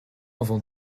avant